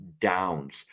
Downs